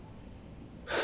six A_M